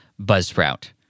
buzzsprout